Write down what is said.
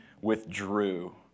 withdrew